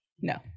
No